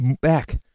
back